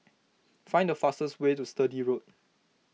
find the fastest way to Sturdee Road